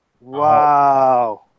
Wow